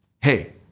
Hey